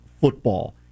Football